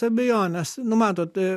abejonės nu matot